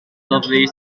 lovely